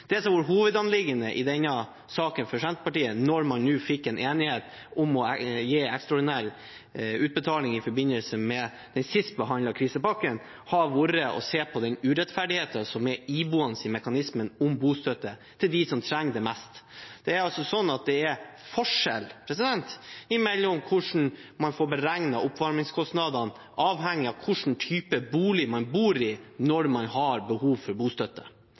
Det som for Senterpartiet har vært hovedanliggendet i denne saken, når man nå fikk en enighet om å gi ekstraordinære utbetalinger i forbindelse med den sist behandlede krisepakken, har vært å se på den urettferdigheten som er iboende i mekanismen om bostøtte til dem som trenger det mest. Det er altså forskjell på hvordan man får beregnet oppvarmingskostnadene, avhengig av hvilken type bolig man bor i, når man har behov for bostøtte.